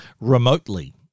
remotely